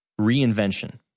Reinvention